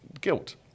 guilt